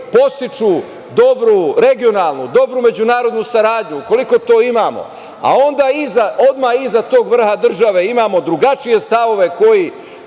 podstiču dobru regionalnu, dobru međunarodnu saradnju, ukoliko to imamo, a onda odmah iza tog vrha države imamo drugačije stavove koji